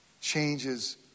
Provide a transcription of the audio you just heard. changes